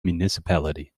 municipality